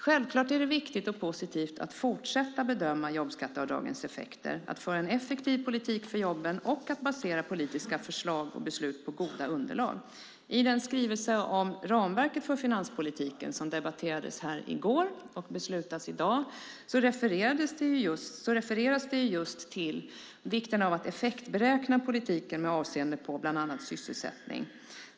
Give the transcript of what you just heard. Självklart är det viktigt och positivt att fortsätta bedöma jobbskatteavdragens effekter, att föra en effektiv politik för jobben och att basera politiska förslag och beslut på goda underlag. I den skrivelse om ramverket för finanspolitiken som debatterades i går och beslutas i dag refereras det just till vikten av att effektberäkna politiken med avseende på bland annat sysselsättning.